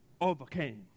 overcame